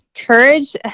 courage